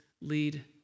lead